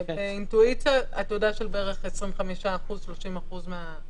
באינטואיציה: עתודה של בערך 25%-30% מהמאגר.